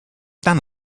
done